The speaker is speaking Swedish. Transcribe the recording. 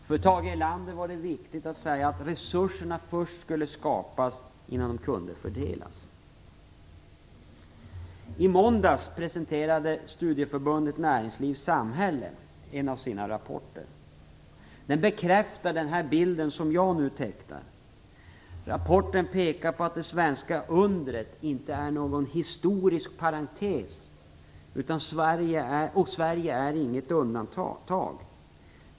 För Tage Erlander var det viktigt att säga att resurserna först skulle skapas innan de kunde fördelas. I måndags presenterade Studieförbundet Näringsliv och Samhälle en av sina rapporter. Den bekräftar den bild som jag nu tecknar. Rapporten pekar på att det svenska undret inte är någon historisk parentes och att Sverige inte är något undantag.